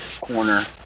corner